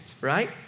right